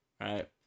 right